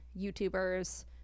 youtubers